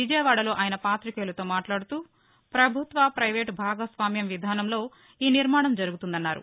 విజయవాడలో ఆయన పాతికేయులతో మాట్లాడుతూ పభుత్వ పైవేటు భాగస్వామ్యం విధానంలో ఈ నిర్మాణం జరుగుతుందన్నారు